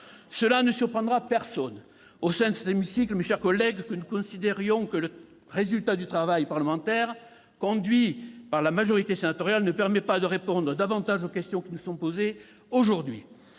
Cela ne surprendra personne au sein de cet hémicycle, nous considérons que le résultat du travail parlementaire conduit par la majorité sénatoriale ne permet pas de répondre aux questions qui nous sont posées aujourd'hui.